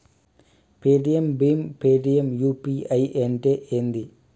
Paytm భీమ్ Paytm UPI అంటే ఏంది?